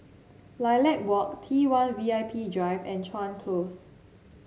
Lilac Walk T one V I P Drive and Chuan Close